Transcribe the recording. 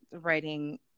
writing